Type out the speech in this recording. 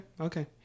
Okay